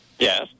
Yes